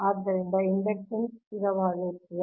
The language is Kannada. ಆದ್ದರಿಂದ ಇಂಡಕ್ಟನ್ಸ್ ಸ್ಥಿರವಾಗಿರುತ್ತದೆ